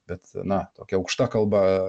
bet na tokia aukšta kalba